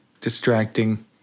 Distracting